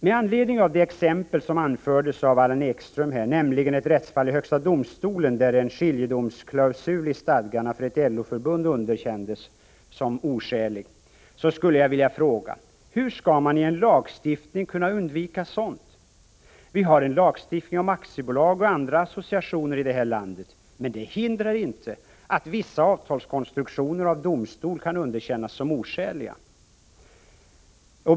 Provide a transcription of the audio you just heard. Med anledning av det exempel som anfördes av Allan Ekström, nämligen ett rättsfall i högsta domstolen där en skiljedomsklausul i stadgarna för ett LO-förbund underkändes såsom oskälig, skulle jag vilja fråga: Hur skall man i en lagstiftning kunna undvika sådant? Vi har en lagstiftning om aktiebolag och andra associationer i det här landet, men det hindrar inte att vissa avtalskonstruktioner av domstol kan underkännas som oskäliga.